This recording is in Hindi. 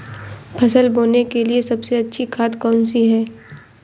फसल बोने के लिए सबसे अच्छी खाद कौन सी होती है?